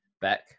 back